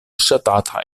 ŝatata